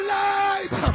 life